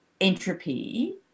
entropy